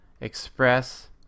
express